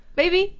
baby